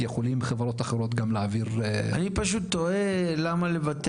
גם חברות אחרות יכולות להעביר --- אני פשוט תוהה למה לוותר